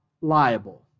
liable